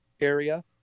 area